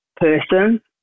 person